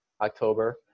October